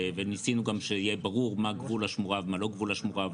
וניסינו גם שיהיה ברור מה גבול השמורה ומה לא גבול השמורה.